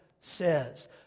says